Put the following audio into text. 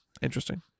Interesting